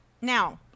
now